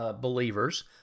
believers